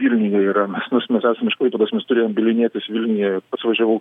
vilniuje yra mes nes mes esam iš klaipėdos mes turėjom bylinėtis vilniuje pats važiavau